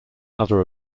other